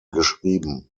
geschrieben